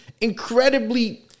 incredibly